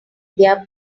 their